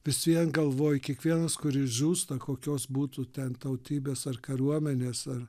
vis vien galvoji kiekvienas kuris žūsta kokios būtų ten tautybės ar kariuomenės ar